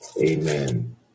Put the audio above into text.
Amen